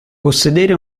possedere